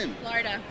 Florida